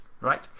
right